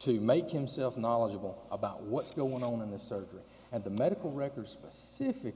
to make himself knowledgeable about what's going on in the surgery and the medical records specific